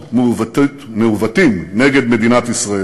שמחזיקים מעמד גם בתנאים גיאו-פוליטיים